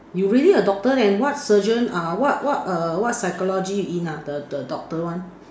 you really a doctor then what surgeon uh what what err what psychology you in ah the the doctor one